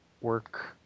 work